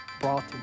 brought